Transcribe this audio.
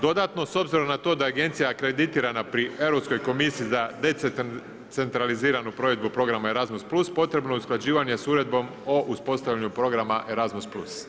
Dodatno, s obzirom na to da je agencija kreditirana pri Europskoj komisiji za decentraliziranu provedbu programa ERASMUS Plus potrebno je usklađivanje s Uredbom o uspostavljanju programa ERASMUS+